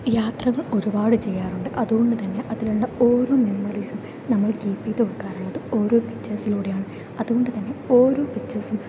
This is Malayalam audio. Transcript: യാത്രകൾ ഒരുപാട് ചെയ്യാറുണ്ട് അതുകൊണ്ടുതന്നെ അതിലുള്ള ഓരോ മെമ്മറിസും നമ്മൾ കീപ്പ് ചെയ്തു വയ്ക്കാറുള്ളത് ഓരോ പിക്ചേർസിലൂടെയാണ് അതുകൊണ്ടുതന്നെ ഓരോ പിക്ചേർസും